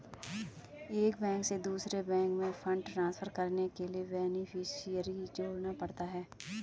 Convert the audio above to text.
एक बैंक से दूसरे बैंक में फण्ड ट्रांसफर करने के लिए बेनेफिसियरी जोड़ना पड़ता है